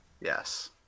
Yes